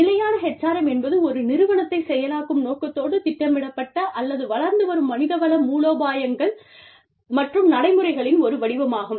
நிலையான HRM என்பது ஒரு நிறுவனத்தைச் செயலாக்கும் நோக்கத்தோடு திட்டமிடப்பட்ட அல்லது வளர்ந்து வரும் மனித வள மூலோபாயங்கள் மற்றும் நடைமுறைகளின் ஒரு வடிவமாகும்